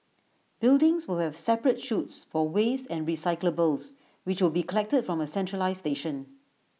buildings will have separate chutes for waste and recyclables which will be collected from A centralised station